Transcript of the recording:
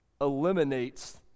eliminates